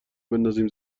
بندازیم